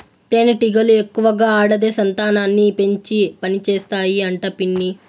తేనెటీగలు ఎక్కువగా ఆడదే సంతానాన్ని పెంచి పనిచేస్తాయి అంట పిన్ని